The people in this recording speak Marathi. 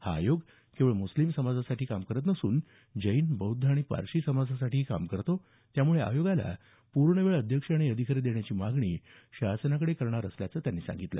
हा आयोग केवळ मुस्लिम समाजासाठी काम करत नसून जैन बौध्द आणि पारशी समाजासाठीही काम करतो त्यामुळे आयोगाला पूर्णवेळ अध्यक्ष आणि अधिकारी देण्याची मागणीही शासनाकडे करणार असल्याचं त्यांनी सांगितलं